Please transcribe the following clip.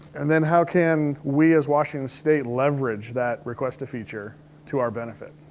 and then how can we as washington state leverage that request a feature to our benefit?